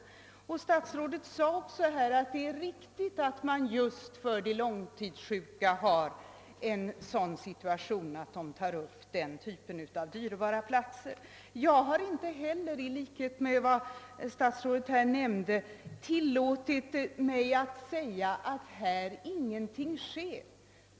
Herr statsrådet vitsordade också att det är riktigt att just för de långtidssjuka är situationen den, ait de tar upp den typen av dyrbara platser. Jag har inte heller, såsom statsrådet här gjorde gällande, tillåtit mig säga att här ingenting sker.